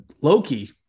Loki